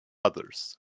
others